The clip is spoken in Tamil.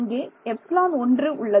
இங்கே எப்ஸிலான் 1 உள்ளது